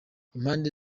impande